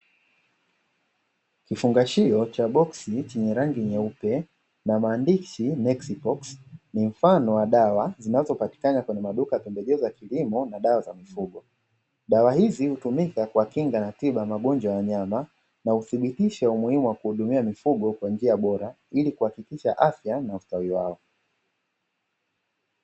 Kifungashio cha boksi chenye rangi nyeupe na maandishi "NEXIPOX" ni mfano wa dawa zinazo patikana kwenye maduka ya pembejeo za kilimo na dawa za mifugo, dawa hizi hutumika kwa kinga na tiba magonjwa ya wanyama na huthibitisha umuhimu wa kuhudumia mifugo kwa njia bora, ili kuhakikisha afya na ustawi wao.